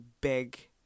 big